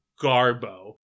garbo